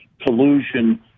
collusion